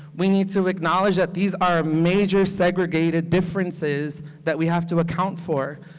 we need to acknowledge that these are major segregated differences that we have to account for.